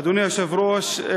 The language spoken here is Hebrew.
אדוני היושב-ראש,